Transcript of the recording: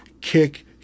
kick